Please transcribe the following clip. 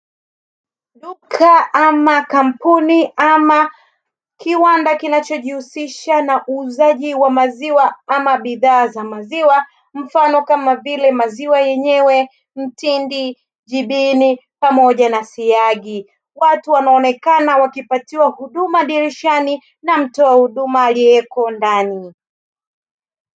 Duka ama kampuni ama kiwanda kinachojihusha na uuzaji wa maziwa ama bidhaa za maziwa mfano kama vile maziwa yenyewe, mtindi, jibini pamoja na siagi. Watu wanaonekana wakipatiwa huduma dirishani na mtoa huduma aliyeko ndani.